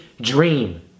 dream